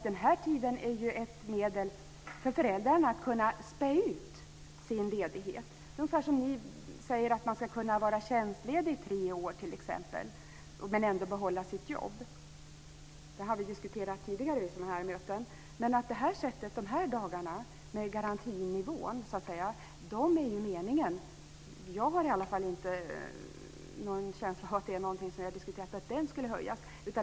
De här dagarna är ju ett medel för föräldrarna att kunna späda ut sin ledighet. Det är ungefär som när ni säger att man ska kunna var tjänstledig i tre år t.ex. men ändå behålla sitt jobb. Det har vi diskuterat tidigare. Jag har inte någon känsla av att vi har diskuterat att ersättningen för garantidagarna skulle höjas.